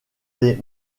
les